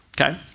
Okay